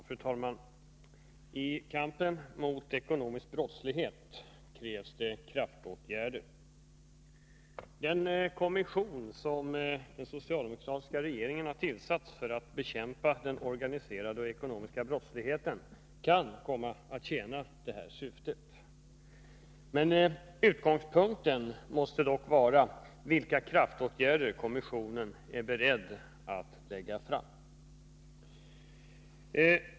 Fru talman! I kampen mot ekonomisk brottslighet krävs kraftåtgärder. Den kommission som den socialdemokratiska regeringen har tillsatt för att bekämpa den organiserade och ekonomiska brottsligheten kan komma att tjäna detta syfte. Utgångspunkten måste dock vara de kraftåtgärder som kommissionen är beredd att lägga fram.